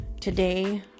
Today